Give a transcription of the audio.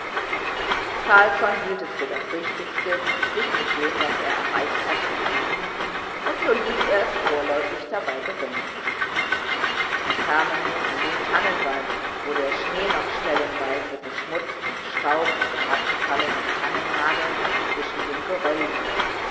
carlsson hielt es für das richtigste sich mit dem was er erreicht hatte zu begnügen und so ließ er es vorläufig dabei bewenden sie kamen nun in den tannenwald wo der schnee noch stellenweise beschmutzt mit staub und herabgefallenen tannennadeln zwischen dem geröll lag